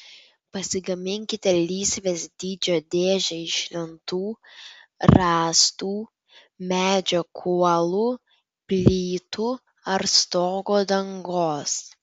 pasigaminkite lysvės dydžio dėžę iš lentų rąstų medžio kuolų plytų ar stogo dangos